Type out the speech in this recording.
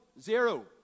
Zero